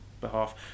behalf